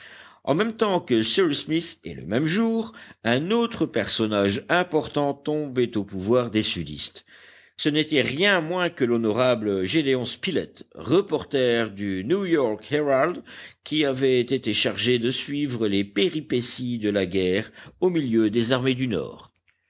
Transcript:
en même temps que cyrus smith et le même jour un autre personnage important tombait au pouvoir des sudistes ce n'était rien moins que l'honorable gédéon spilett reporter du new-york herald qui avait été chargé de suivre les péripéties de la guerre au milieu des armées du nord